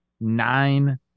Nine